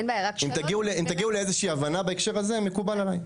אם תגיעו לאיזה שהיא הבנה בהקשר הזה מקובל עליי.